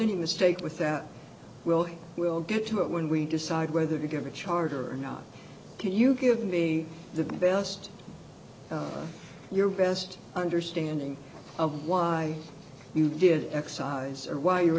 any mistake with that we'll we'll get to it when we decide whether to give a charter or not can you give me the best your best understanding of why you did excise or why you